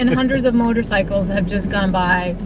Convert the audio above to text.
and hundreds of motorcycles have just gone by.